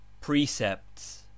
precepts